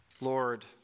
Lord